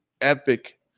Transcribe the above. epic